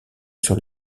sur